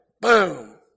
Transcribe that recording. boom